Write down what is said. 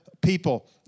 people